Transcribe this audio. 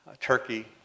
Turkey